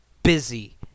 Busy